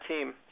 team